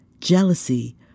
jealousy